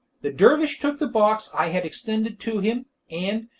the dervish took the box i had extended to him, and,